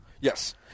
Yes